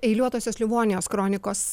eiliuotosios livonijos kronikos